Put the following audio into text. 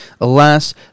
Alas